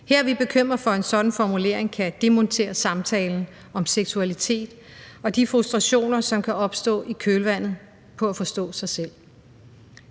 Her er vi bekymrede for, at en sådan formulering kan demontere samtalen om seksualitet og de frustrationer, som kan opstå i kølvandet på at forstå sig selv.